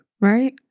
Right